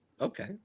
Okay